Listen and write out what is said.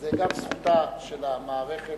זאת גם זכותה של מערכת